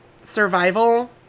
survival